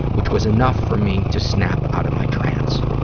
which was enough for me to snap out of my trance.